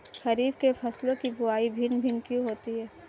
खरीफ के फसलों की बुवाई भिन्न भिन्न क्यों होती है?